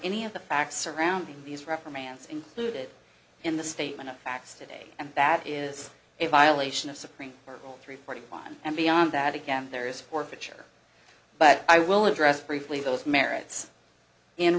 any of the facts surrounding these reprimands included in the statement of facts today and bat is a violation of supreme court three forty one and beyond that again there is forfeiture but i will address briefly those merits